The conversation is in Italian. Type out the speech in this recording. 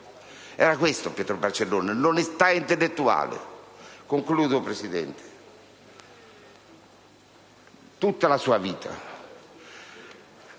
Era questo Pietro Barcellona: l'onestà intellettuale. Concludo, signor Presidente. Tutta la sua vita,